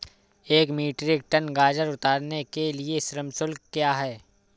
एक metric tonne गाजर उतारने के लिए श्रम शुल्क क्या है?